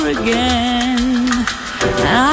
again